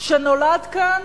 שנולד כאן